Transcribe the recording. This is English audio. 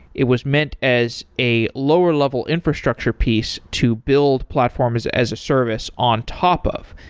it was meant as a lower level infrastructure piece to build platform as as a service on top of,